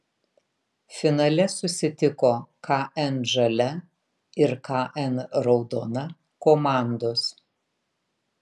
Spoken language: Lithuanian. finale susitiko kn žalia ir kn raudona komandos